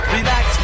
Relax